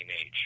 age